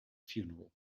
funeral